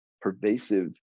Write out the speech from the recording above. pervasive